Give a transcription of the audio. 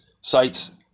sites